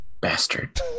Bastard